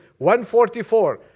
144